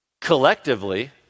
collectively